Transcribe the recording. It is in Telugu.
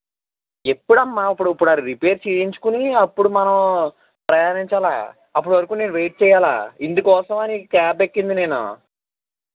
ఎప్పుడమ్మా ఇప్పుడు అది రిపేరు చెయ్యించుకుని అప్పుడు మనం ప్రయాణించాలా అప్పటి వరకు నేను వెయిట్ చెయ్యాలా ఇందుకోసమా నీ క్యాబ్ ఎక్కింది నేను